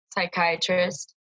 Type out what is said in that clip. psychiatrist